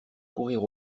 courir